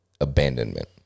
abandonment